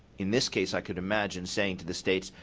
in this case, i could imagine saying to the states,